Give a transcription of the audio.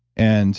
and